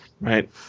right